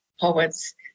poets